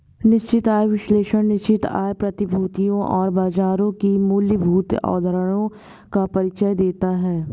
निश्चित आय विश्लेषण निश्चित आय प्रतिभूतियों और बाजारों की मूलभूत अवधारणाओं का परिचय देता है